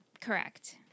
Correct